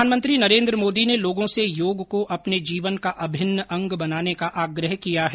प्रधानमंत्री नरेन्द्र मोदी ने लोगों से योग को अपने जीवन का अभिन्न अंग बनाने का आग्रह किया है